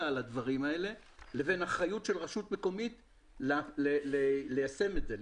על הדברים האלה לבין אחריות של רשות מקומית ליישם את זה,